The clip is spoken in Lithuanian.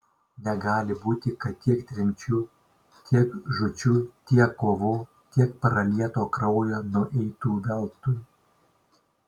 negali būti kad tiek tremčių tiek žūčių tiek kovų tiek pralieto kraujo nueitų veltui